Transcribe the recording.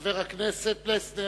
חבר הכנסת פלסנר,